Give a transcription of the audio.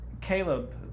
Caleb